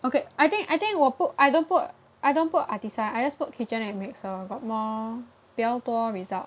okay I think I think 我 put I don't put I don't put Artisan I just put KitchenAid mixer got more 比较多 result